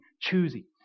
choosy